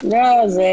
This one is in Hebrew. אז יש זכות חוקתית,